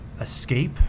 escape